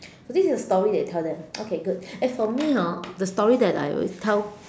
so this is a story that you tell them okay good as for me hor the story that I always tell